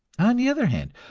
on the other hand,